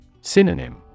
Synonym